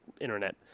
internet